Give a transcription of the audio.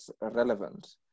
relevant